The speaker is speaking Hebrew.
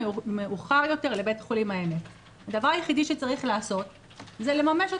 מאוחר יותר לבית חולים העמק" הדבר היחידי שצריך לעשות זה לממש את